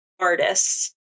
artists